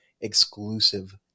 exclusive